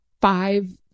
five